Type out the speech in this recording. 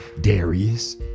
Darius